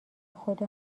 خدا